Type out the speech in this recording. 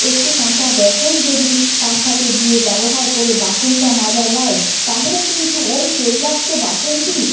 একটু কাঁচা বেসন যদি তার সাথে দিয়ে ব্যবহার করে বাসনটা মাজা যায় তাহলে কিন্তু ওই তৈলাক্ত বাসনটি